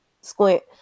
squint